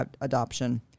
adoption